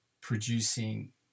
producing